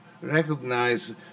recognize